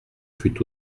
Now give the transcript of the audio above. fut